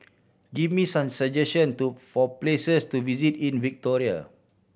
give me some suggestion to for places to visit in Victoria